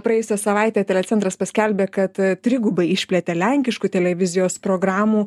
praėjusią savaitę tai yra centras paskelbė kad trigubai išplėtė lenkiškų televizijos programų